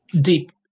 deep